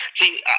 See